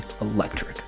electric